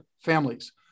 families